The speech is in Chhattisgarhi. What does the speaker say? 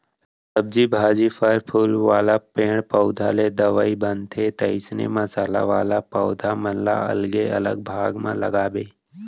सब्जी भाजी, फर फूल वाला पेड़ पउधा ले दवई बनथे, तइसने मसाला वाला पौधा मन ल अलगे अलग भाग म लगाबे